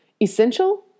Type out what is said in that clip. essential